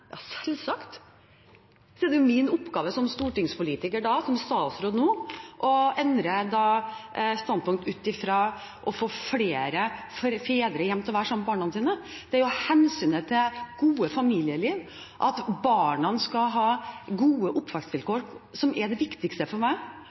er det selvsagt min oppgave som stortingspolitiker da, og som statsråd nå, å endre standpunkt ut fra det å få flere fedre hjem for å være sammen med barna sine. Det er hensynet til gode familieliv, at barna skal ha gode